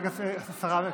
השרה מיכאלי.